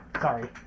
Sorry